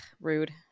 Rude